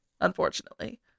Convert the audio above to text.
unfortunately